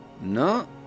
No